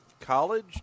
College